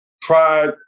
pride